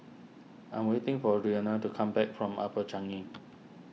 I'm waiting for Renea to come back from Upper Changi